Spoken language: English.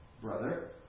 Brother